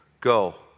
Go